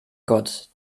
gott